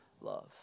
love